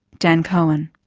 dan kohen.